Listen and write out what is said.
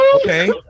Okay